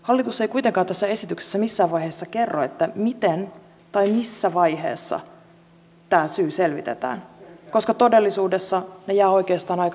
hallitus ei kuitenkaan tässä esityksessä missään vaiheessa kerro miten tai missä vaiheessa tämä syy selvitetään koska todellisuudessa se jää oikeastaan aika usein selvittämättä